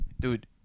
dude